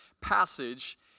passage